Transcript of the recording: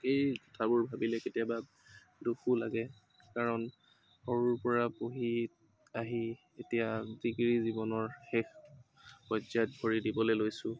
এই কথাবোৰ ভাবিলে কেতিয়াবা দুখো লাগে কাৰণ সৰুৰ পৰা পঢ়ি আহি এতিয়া ডিগ্ৰী জীৱনৰ শেষ পৰ্যায়ত ভৰি দিবলৈ লৈছো